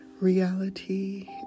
reality